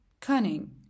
cunning